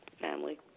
family